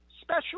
special